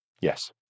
Yes